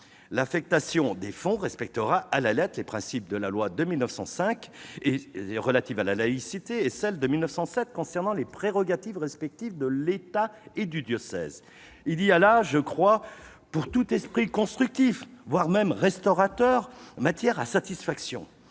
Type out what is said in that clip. L'affectation des fonds respectera à la lettre les principes de la loi de 1905 relative à la laïcité et ceux de la loi de 1907 concernant les prérogatives respectives de l'État et des diocèses. Il y a là, je crois, pour tout esprit constructif, voire restaurateur, matière à satisfaction.